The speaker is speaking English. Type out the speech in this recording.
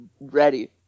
ready